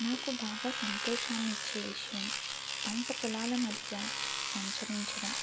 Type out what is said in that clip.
నాకు బాగా సంతోషాన్నిచ్చే విషయం పంటపొలాల మధ్య సంచరించడం